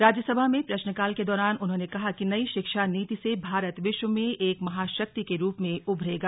राज्य सभा में प्रश्नकाल के दौरान उन्होंने कहा कि नई शिक्षा नीति से भारत विश्व में एक महाशक्ति के रुप में उभरेगा